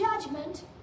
judgment